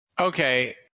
Okay